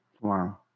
Wow